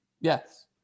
Yes